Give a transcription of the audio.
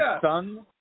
son